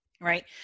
Right